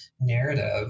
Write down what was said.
narrative